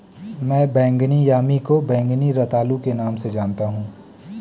मैं बैंगनी यामी को बैंगनी रतालू के नाम से जानता हूं